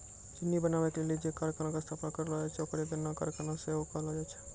चिन्नी बनाबै के लेली जे कारखाना के स्थापना करलो जाय छै ओकरा गन्ना कारखाना सेहो कहलो जाय छै